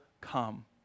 come